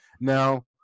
Now